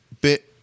bit